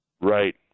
right